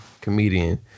Comedian